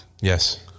Yes